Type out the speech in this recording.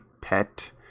pet